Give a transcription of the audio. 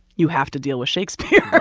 you have to deal with shakespeare